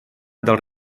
del